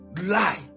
Lie